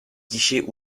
guichet